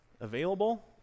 available